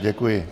Děkuji.